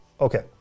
Okay